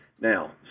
Now